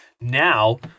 Now